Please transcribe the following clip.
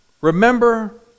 remember